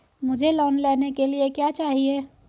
मुझे लोन लेने के लिए क्या चाहिए?